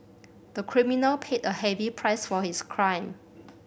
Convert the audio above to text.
the criminal paid a heavy price for his crime